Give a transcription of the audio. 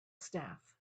staff